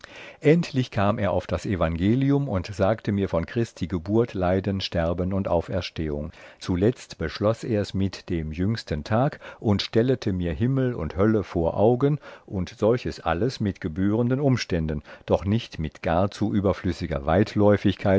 endlich kam er auf das evangelium und sagte mir von christi geburt leiden sterben und auferstehung zuletzt beschloß ers mit dem jüngsten tag und stellete mir himmel und hölle vor augen und solches alles mit gebührenden umständen doch nicht mit gar zu überflüssiger